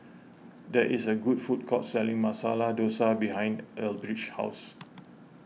there is a food court selling Masala Dosa behind Elbridge's house